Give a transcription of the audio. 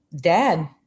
Dad